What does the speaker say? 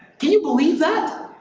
can you believe that?